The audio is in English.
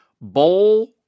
bowl